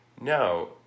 no